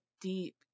deep